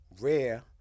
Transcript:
rare